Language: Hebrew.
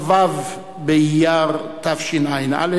כ"ו באייר התשע"א,